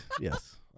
yes